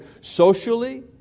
socially